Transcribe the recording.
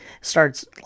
starts